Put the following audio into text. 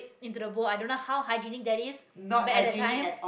into the bowl i don't know how hygienic that is but at that time